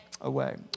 away